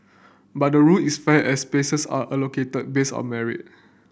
but the rule is fair as spaces are allocated based on merit